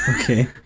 Okay